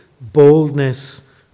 boldness